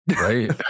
Right